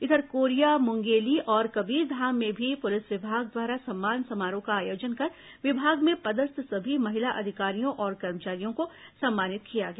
इधर कोरिया मुंगेली और कबीरधाम में भी पुलिस विभाग द्वारा सम्मान समारोह का आयोजन कर विभाग में पदस्थ सभी महिला अधिकारियों और कर्मचारियों को सम्मानित किया गया